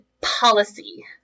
policy